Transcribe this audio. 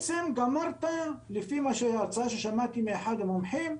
לפי הרצאה ששמעתי מאחד המומחים,